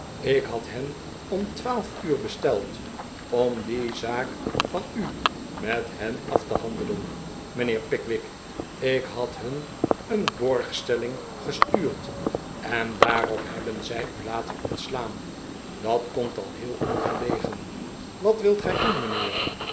ik had hen om twaalf uur besteld om die zaak van u met hen af te handelen mijnheer pickwick ik had hun een borgstelling gestuurd en daarop hebben zij u laten ontslaan dat komt al heel ongelegen wat wilt gij doen mijnheer